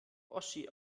oschi